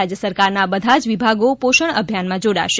રાજ્ય સરકારના બધાજ વિભાગો પોષણ અભિયાનમાં જોડાશે